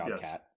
yes